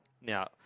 Now